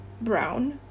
brown